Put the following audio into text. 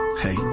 Hey